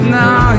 now